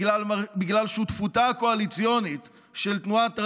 בגלל שותפותה הקואליציונית של תנועת רע"מ,